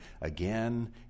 again